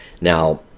Now